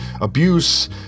abuse